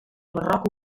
barroc